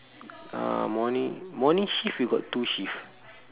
uh morning morning shift you got two shift